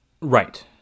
Right